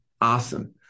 Awesome